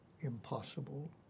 impossible